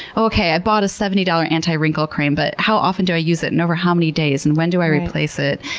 okay, i bought a seventy dollars anti-wrinkle cream, but how often do i use it and over how many days and when do i replace it?